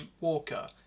Walker